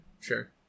sure